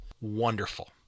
wonderful